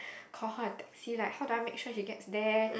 call her a taxi like how do I make sure she gets there